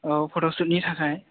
औ फट' शुटनि थाखाय